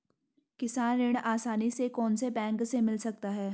किसान ऋण आसानी से कौनसे बैंक से मिल सकता है?